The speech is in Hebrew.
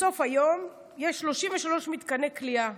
בסוף, היום יש 33 מתקני כליאה